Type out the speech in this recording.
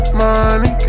money